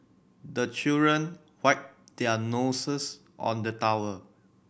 the children wipe their noses on the towel